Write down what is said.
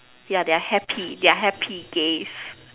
yeah they're happy they're happy gays